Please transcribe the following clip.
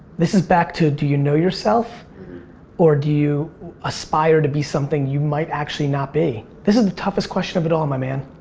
this is back to do you know yourself or do you aspire to be something you might actually not be? this is the toughest question of it all, my man.